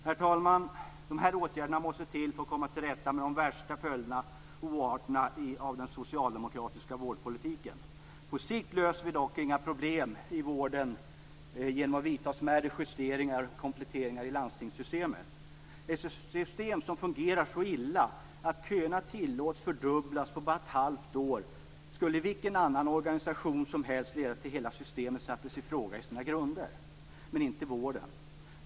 Herr talman! Ett system som fungerar så illa att köerna tillåts fördubblas på bara ett halvt år skulle i vilken annan organisation som helst leda till att hela systemet i sina grunder sattes i fråga - men inte inom vården.